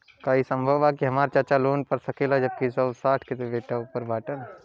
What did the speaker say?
का ई संभव बा कि हमार चाचा लोन पा सकेला जबकि उ साठ साल से ऊपर बाटन?